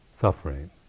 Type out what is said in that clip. suffering